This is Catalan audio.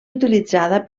utilitzada